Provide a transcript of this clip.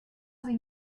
sie